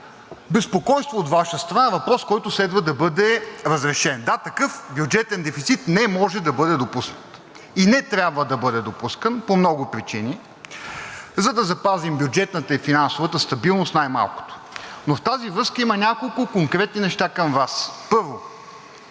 безпокойство от Ваша страна, въпрос, който следва да бъде разрешен. Да, такъв бюджетен дефицит не може да бъде допуснат и не трябва да бъде допускан по много причини, за да запазим бюджетната и финансовата стабилност най-малкото. Но в тази връзка има няколко конкретни неща към Вас. Първо,